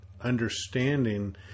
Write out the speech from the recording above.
understanding